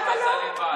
הכול הוא עשה לבד.